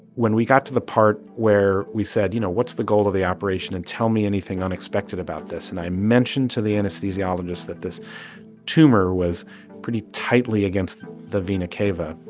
when we got to the part where we said, you know, what's the goal of the operation? and tell me anything unexpected about this. and i mentioned to the anesthesiologist that this tumor was pretty tightly against the vena cava.